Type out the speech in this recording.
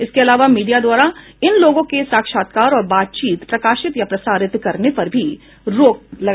इसके अलावा मीडिया द्वारा इन लोगों के साक्षात्कार और बातचीत प्रकाशित या प्रसारित करने पर भी रोक रहेगी